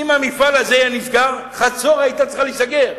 אם המפעל הזה נסגר חצור היתה צריכה להיסגר.